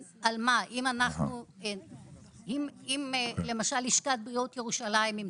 אם למשל ימצאו בעיה בלשכת בריאות ירושלים,